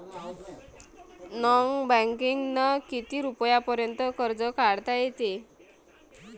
Non बँकिंगनं किती रुपयापर्यंत कर्ज काढता येते?